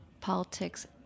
Politics